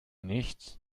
nichts